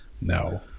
no